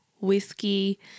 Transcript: whiskey